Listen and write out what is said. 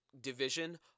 division